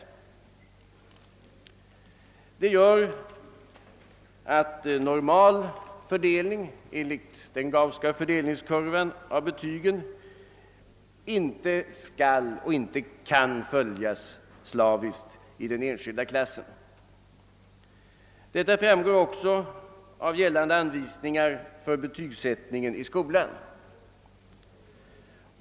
Detta gör att normalfördelningen enligt den Gausska kurvan för betygen inte skall eller kan följas slaviskt i den enskilda klassen, vilket också framgår av gällande anvisningar för betygsättningen i skolan.